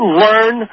learn